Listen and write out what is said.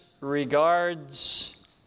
regards